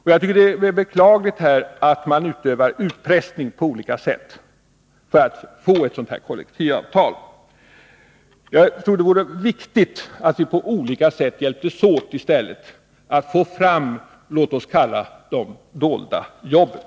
Det är beklagligt att man utövar utpressning för att få kollektivavtal. Det är viktigt att vi i stället på olika sätt hjälps åt för att få fram de ”dolda jobben”.